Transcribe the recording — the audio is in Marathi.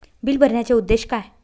बिल भरण्याचे उद्देश काय?